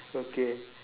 okay